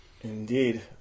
Indeed